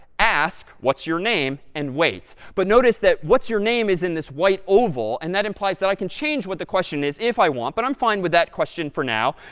ask what's your name, and wait. but notice that what's your name is in this white oval, and that implies that i can change what the question is if i want, but i'm fine with that question for now.